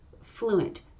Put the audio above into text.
fluent